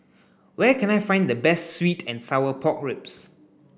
where can I find the best sweet and sour pork ribs